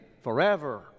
forever